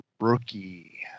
rookie